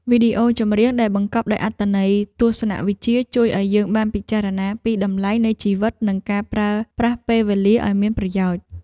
វីដេអូចម្រៀងដែលបង្កប់ដោយអត្ថន័យទស្សនវិជ្ជាជួយឱ្យយើងបានពិចារណាពីតម្លៃនៃជីវិតនិងការប្រើប្រាស់ពេលវេលាឱ្យមានប្រយោជន៍។